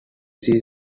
this